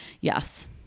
yes